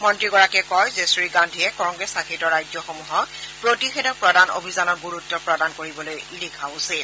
মন্ত্ৰীগৰাকীয়ে কয় যে শ্ৰীগান্ধীয়ে কংগ্ৰেছশাসিত ৰাজ্যসমূহক প্ৰতিষেধক প্ৰদান অভিযানত গুৰুত্ব প্ৰদান কৰিবলৈ লিখা উচিত